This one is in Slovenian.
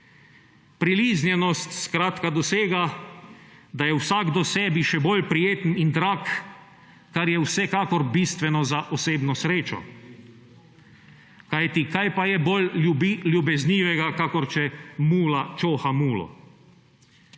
Priliznjenost skratka dosega, da je vsakdo sebi še bolj prijeten in drag, kar je vsekakor bistveno za osebno srečo. Kajti, kaj pa je bolj ljubeznivega, kakor če mula čoha mulo?